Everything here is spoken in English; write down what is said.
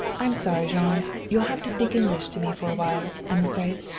i'm sorry, jean you'll have to speak english to me for a while, i'm afraid.